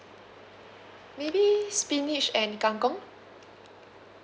maybe spinach and kang kong